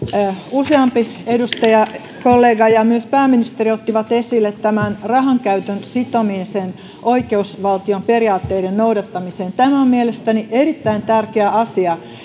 useampi edustajakollega ja myös pääministeri ottivat esille tämän rahankäytön sitomisen oikeusvaltion periaatteiden noudattamiseen tämä on mielestäni erittäin tärkeä asia